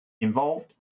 involved